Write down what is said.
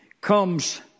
comes